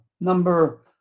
Number